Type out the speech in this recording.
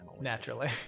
Naturally